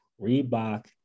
Reebok